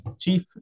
chief